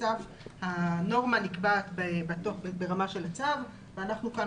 הנורמה נקבעת ברמה של הצו ואנחנו כאן